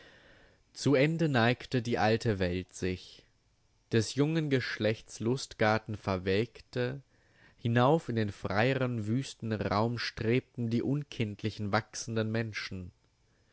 zu ende neigte die alte welt sich des jungen geschlechts lustgarten verwelkte hinauf in den freieren wüsten raum strebten die unkindlichen wachsenden menschen